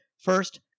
First